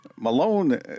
Malone